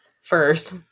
first